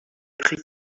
pris